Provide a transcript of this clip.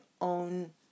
own